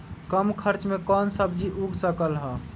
कम खर्च मे कौन सब्जी उग सकल ह?